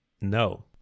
No